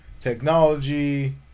technology